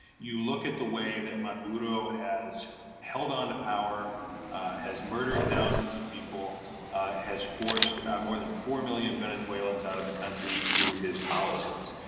you look at the way that maduro has held onto power has murdered thousands of people has forced more than four million venezuelans out of the country through his policies.